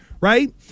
right